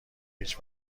هیچ